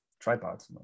tripods